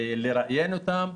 לראיין אותם.